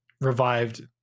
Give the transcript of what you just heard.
revived